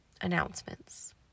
announcements